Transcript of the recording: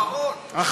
אחרון, אבל.